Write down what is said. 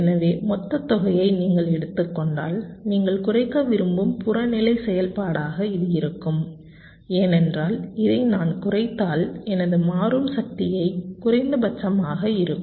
எனவே மொத்தத் தொகையை நீங்கள் எடுத்துக் கொண்டால் நீங்கள் குறைக்க விரும்பும் புறநிலை செயல்பாடாக இது இருக்கும் ஏனென்றால் இதை நான் குறைத்தால் எனது மாறும் சக்தியும் குறைந்தபட்சமாக இருக்கும்